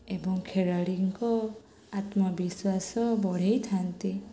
ଏବଂ ଖେଳାଳିଙ୍କ ଆତ୍ମବିଶ୍ୱାସ ବଢ଼େଇଥାନ୍ତି